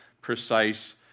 precise